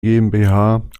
gmbh